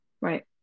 Right